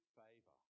favor